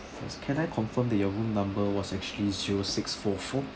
can I confirm that your room number was actually zero six four four